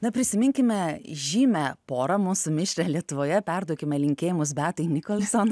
na prisiminkime žymią porą mūsų mišrią lietuvoje perduokime linkėjimus beatai nikolson